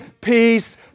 peace